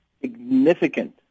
Significant